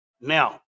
Now